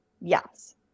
yes